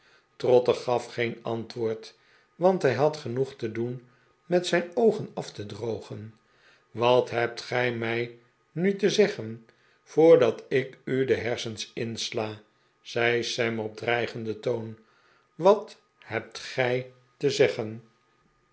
trotter gaf geen antwoord want hij had genoeg te doen met zijn oogen af te drogen wat hebt gij mij nu te zeggen voor dat ik u de hersens insla zei sam op dreigenden toon wat hebt gij te zeggen